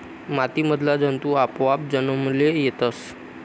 माती मधला जंतु आपोआप जन्मले येतस